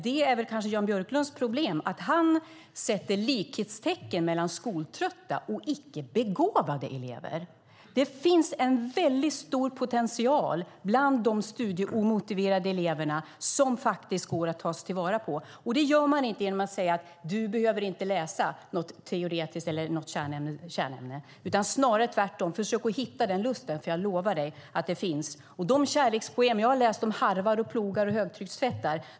Det är kanske Jan Björklunds problem att han sätter likhetstecken mellan skoltrötta elever och icke begåvade elever. Det finns en stor potential bland de studieomotiverade eleverna som man faktiskt kan ta vara på. Det gör man inte genom att säga: Du behöver inte läsa något teoretiskt eller något kärnämne. Det är snarare tvärtom. Försök hitta lusten, för jag lovar dig att den finns! Jag har läst kärlekspoem om harvar, plogar och högtryckstvättar.